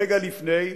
רגע לפני,